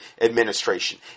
administration